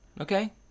Okay